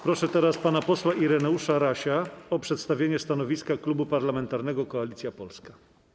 Proszę teraz pana posła Ireneusza Rasia o przedstawienie stanowiska Klubu Parlamentarnego Koalicja Polska.